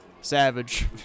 Savage